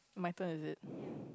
my turn is it